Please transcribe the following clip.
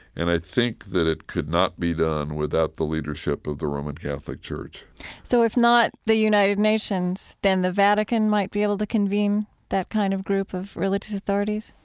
and i think that it could not be done without the leadership of the roman catholic church so if not the united nations, then the vatican might be able to convene that kind of group of religious authorities?